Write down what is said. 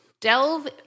delve